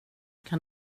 kan